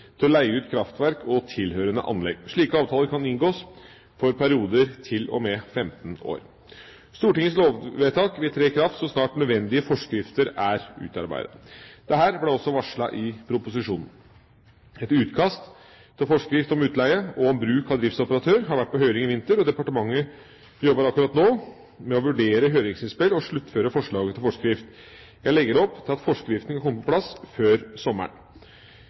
til å leie ut kraftverk og tilhørende anlegg. Slike avtaler kan inngås for perioder til og med 15 år. Stortingets lovvedtak vil tre i kraft så snart nødvendige forskrifter er utarbeidet. Dette ble også varslet i proposisjonen. Et utkast til forskrift om utleie og bruk av driftsoperatør har vært på høring i vinter, og departementet jobber akkurat nå med å vurdere høringsinnspill og sluttføre forslaget til forskrift. Jeg legger opp til at forskriften kan komme på plass før sommeren.